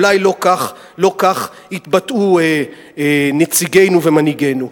אולי לא כך התבטאו נציגינו ומנהיגינו.